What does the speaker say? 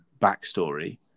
backstory